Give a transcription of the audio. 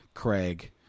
Craig